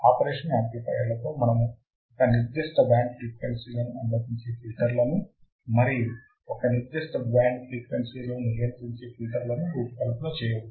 operational యాంప్లిఫయర్లతో మనము ఒక నిర్దిష్ట బ్యాండ్ ఫ్రీక్వెన్సీ లను అనుమతించే ఫిల్టర్లను మరియు ఒక నిర్దిష్ట బ్యాండ్ ఫ్రీక్వెన్సీ లను నియంత్రించే ఫిల్టర్లను రూపకల్పన చేయవచ్చు